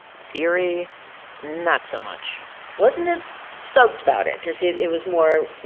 theory not so much wasn't as stoked about it cause it it was more, you